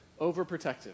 overprotective